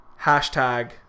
Hashtag